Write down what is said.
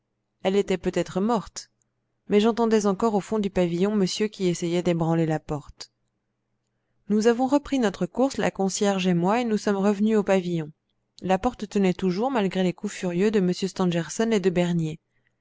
elle était peut-être morte mais j'entendais encore au fond du pavillon monsieur qui essayait d'ébranler la porte nous avons repris notre course la concierge et moi et nous sommes revenus au pavillon la porte tenait toujours malgré les coups furieux de m stangerson et de bernier